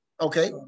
okay